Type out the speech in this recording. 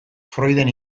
freuden